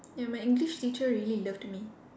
ya my English teacher really loved me